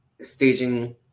Staging